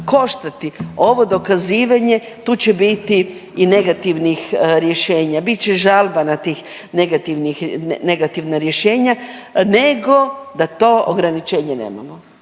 koštati ovo dokazivanje, tu će biti i negativnih rješenja, bit će žalba na tih negativnih, negativna rješenja nego da to ograničenje nemamo.